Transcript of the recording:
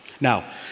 Now